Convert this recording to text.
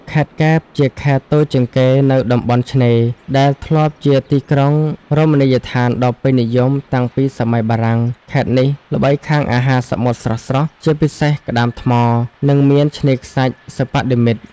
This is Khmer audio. ខេត្តកែប ជាខេត្តតូចជាងគេនៅតំបន់ឆ្នេរ ដែលធ្លាប់ជាទីក្រុងរមណីយដ្ឋានដ៏ពេញនិយមតាំងពីសម័យបារាំង។ ខេត្តនេះល្បីខាង អាហារសមុទ្រស្រស់ៗ ជាពិសេសក្តាមថ្ម និងមានឆ្នេរខ្សាច់សិប្បនិមិត្ត។